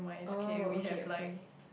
oh okay okay